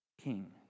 king